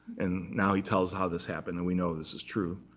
and now he tells how this happened. and we know this is true.